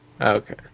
Okay